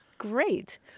Great